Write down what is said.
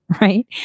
right